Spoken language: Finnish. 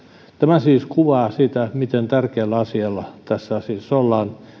tämä siis kuvaa sitä miten tärkeällä asialla tässä asiassa ollaan